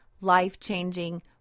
life-changing